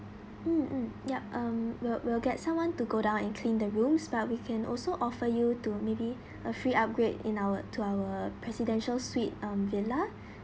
mm mm yup um will will get someone to go down and clean the room but we can also offer you to maybe a free upgrade in our to our presidential suite um villa